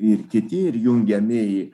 ir kiti ir jungiami į